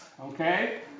Okay